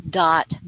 dot